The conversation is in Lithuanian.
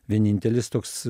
vienintelis toks